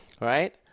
Right